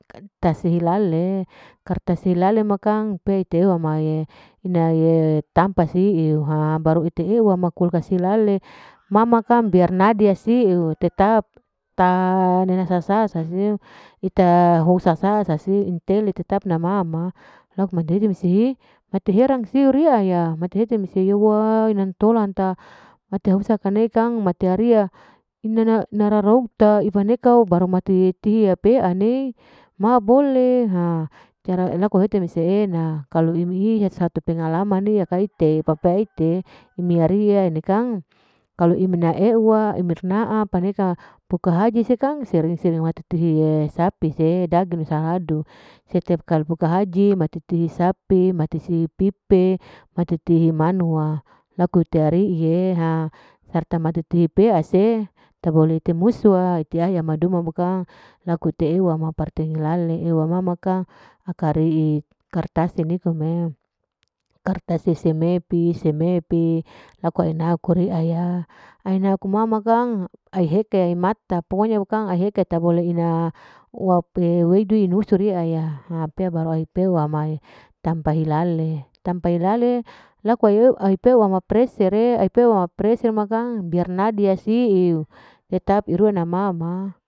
Tase hilale, kertas hilale ma kang pei ta iwa ma ina'e tampa siu baru ite ew ma kulkas hilale ma ma kang biar nadi siu, tetap taa nena sasa siu, ita sasa siu intele tetap nama ma laku mate hete mese siu riya ya, mate hete mese yawwa, ai nantolata mate husa kane kang, mati ariya ina-ina rorouta ifan niko'o baru mati tia pean'ne, ma bole ha cara enako hete mese e'ena, kalu imi'i satu pengalaman'i yaka ite papa ite, imi ari'iya ini kang kalu imi na euwa, imir na'a paneka poka haji sekang sering-sering wahatiti sapi'se daging saladu, setiap kalu puka haji matiti sapi, matisi pipe, matiti manuwa, laku teari'i ye, ha serta matiti pea se, tak bole temuswa tiaya meduma bukang laku te'ewa ma parteng, tehulale ma kang akari'i kartas nikom'e, kertas seme pi seme, pi laku enau kuri aya aena ku mama kang ae hete ae mata, pokonya bukang hete tak bole ina wape weudu nusuri peaya, ha pea baru tanpa hilale laku aepeu ama freser'e, freser ma kang biar nadia siu tetap irua na ma ma.